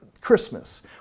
Christmas